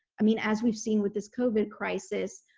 i mean, as we've seen with this covid crisis,